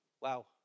Wow